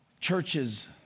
churches